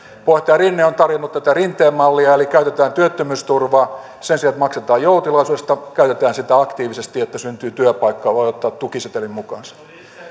puheenjohtaja rinne on tarjonnut tätä rinteen mallia eli sitä että käytetään työttömyysturvaa sen sijaan että maksetaan joutilaisuudesta aktiivisesti että syntyy työpaikkoja että voi ottaa tukisetelin mukaansa